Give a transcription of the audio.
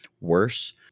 worse